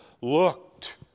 looked